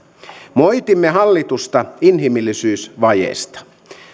moitimme hallitusta inhimillisyysvajeesta